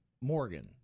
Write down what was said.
Morgan